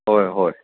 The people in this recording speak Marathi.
होय होय